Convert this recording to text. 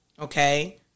Okay